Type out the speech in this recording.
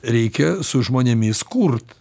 reikia su žmonėmis kurt